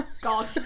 god